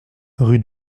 rue